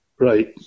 right